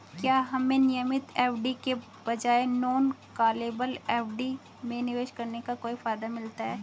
क्या हमें नियमित एफ.डी के बजाय नॉन कॉलेबल एफ.डी में निवेश करने का कोई फायदा मिलता है?